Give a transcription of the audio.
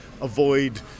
avoid